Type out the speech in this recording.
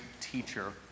teacher